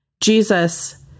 Jesus